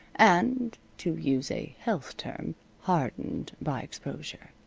and to use a health term hardened by exposure.